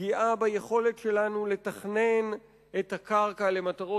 פגיעה ביכולת שלנו לתכנן את הקרקע למטרות